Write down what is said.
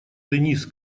дениз